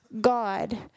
God